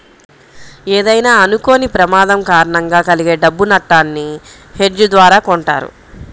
ఏదైనా అనుకోని ప్రమాదం కారణంగా కలిగే డబ్బు నట్టాన్ని హెడ్జ్ ద్వారా కొంటారు